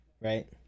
right